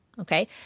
okay